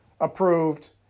approved